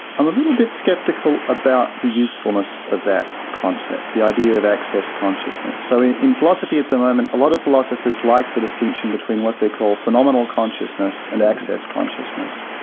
i'm a little bit sceptical about the usefulness of that concept, the idea of access consciousness. so in in philosophy at the moment, a lot of philosophers like the distinction between what they call phenomenal consciousness and access consciousness,